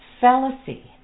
fallacy